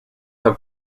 have